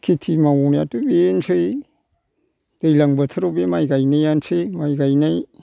खेथि मावनायाथ' बेनोसै दैज्लां बोथोराव बे माइ गायनायानोसै माइ गायनाय